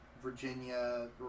Virginia